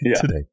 Today